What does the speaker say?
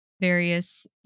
various